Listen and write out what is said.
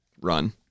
run